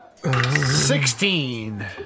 Sixteen